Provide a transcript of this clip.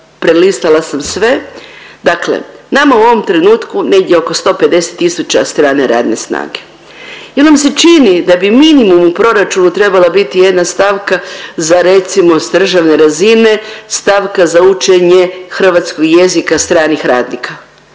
prelistala sam sve, dakle nama u ovom trenutku negdje oko 150 tisuća strane radne snage. Jel nam se čini da bi minimum u proračunu trebala biti jedna stavka za recimo s državne razine stavka za učenje hrvatskog jezika stranih radnika,